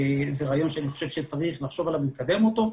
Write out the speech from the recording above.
זה רעיון שצריך לחשוב עליו ולקדם אותו,